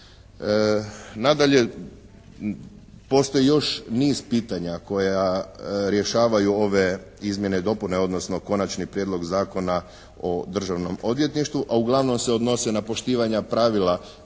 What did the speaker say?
Nadalje postoji još niz pitanja koja rješavaju ove izmjene i dopune odnosno Konačni prijedlog zakona o Državnom odvjetništvu a uglavnom se odnose na poštivanja pravila etičkog